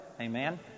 Amen